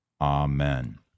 Amen